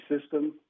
system